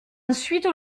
ensuite